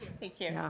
thank you.